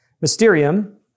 mysterium